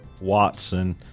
watson